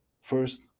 first